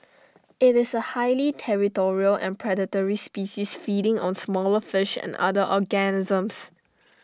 IT is A highly territorial and predatory species feeding on smaller fish and other organisms